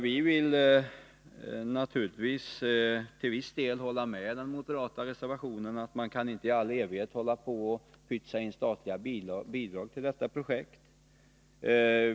Vi vill till viss del instämma i den moderata reservationen, dvs. i att man inte i all evighet kan pytsa in statliga bidrag till detta projekt.